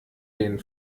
den